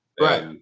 Right